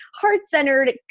heart-centered